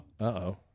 Uh-oh